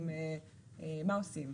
מה עושים.